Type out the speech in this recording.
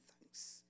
thanks